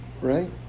right